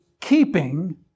keeping